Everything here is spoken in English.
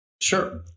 Sure